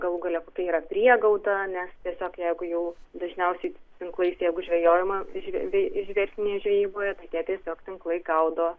galų gale kokia yra priegauda ne tiesiog jeigu jau dažniausiai tinklais jeigu žvejojama žve verslinėje žvejyboje tai tie tiesiog tinklai gaudo